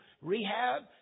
rehab